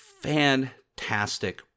fantastic